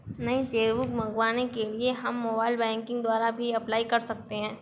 नई cheque book मंगवाने के लिए हम मोबाइल बैंकिंग द्वारा भी अप्लाई कर सकते है